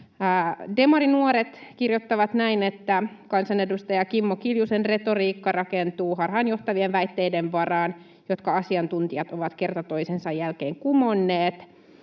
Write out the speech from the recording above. Demarinuoret kirjoittavat, että ”kansanedustaja Kimmo Kiljusen retoriikka rakentuu harhaanjohtavien väitteiden varaan, jotka asiantuntijat ovat kerta toisensa jälkeen kumonneet”